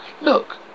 Look